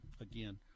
again